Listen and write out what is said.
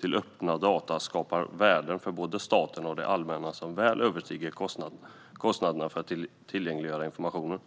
till öppna data skapar värden för både staten och det allmänna som väl överstiger kostnaderna för att tillgängliggöra informationen.